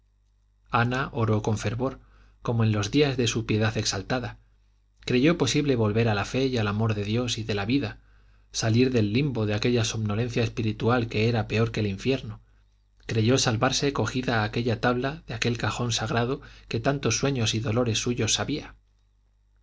ana oró con fervor como en los días de su piedad exaltada creyó posible volver a la fe y al amor de dios y de la vida salir del limbo de aquella somnolencia espiritual que era peor que el infierno creyó salvarse cogida a aquella tabla de aquel cajón sagrado que tantos sueños y dolores suyos sabía